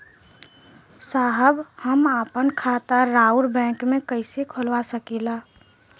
साहब हम आपन खाता राउर बैंक में कैसे खोलवा सकीला?